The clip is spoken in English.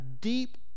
deep